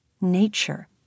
Nature